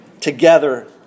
together